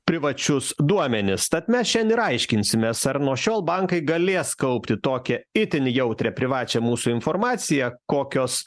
privačius duomenis tad mes šiandien ir aiškinsimės ar nuo šiol bankai galės kaupti tokią itin jautrią privačią mūsų informaciją kokios